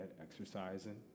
exercising